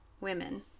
women